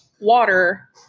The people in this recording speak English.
water